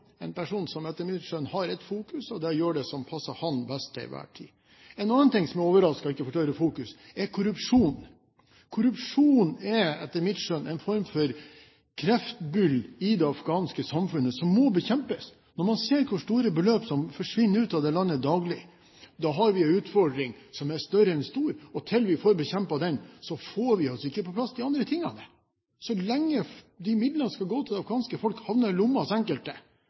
en person som etter mitt skjønn har ett fokus, og det er å gjøre det som passer ham best til enhver tid. En annen ting som jeg er overrasket over ikke får større fokus, er korrupsjon. Korrupsjon er etter mitt skjønn en form for en kreftbyll i det afghanske samfunnet, som må bekjempes. Når man ser hvor store beløp som forsvinner ut av det landet daglig, har vi en utfordring som er større enn stor. Til vi får bekjempet den, får vi altså ikke på plass de andre tingene. Så lenge midlene som skal gå til det afghanske folk, havner i lomma hos enkelte,